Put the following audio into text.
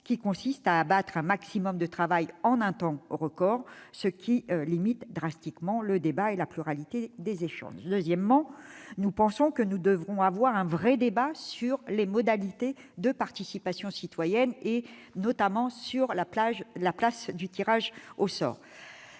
qui consistent à abattre un maximum de travail en un temps record, limitant drastiquement le débat et la pluralité des échanges. Ensuite, nous pensons qu'il faudra avoir un vrai débat sur les modalités de participation citoyenne, notamment la place du tirage au sort.